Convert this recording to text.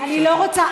אני לא רוצה,